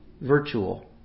virtual